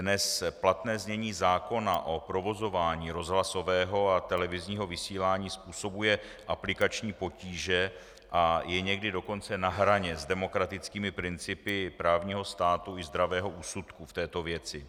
Dnes platné znění zákona o provozování rozhlasového a televizního vysílání způsobuje aplikační potíže, a je někdy dokonce na hraně s demokratickými principy právního státu i zdravého úsudku v této věci.